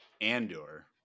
Andor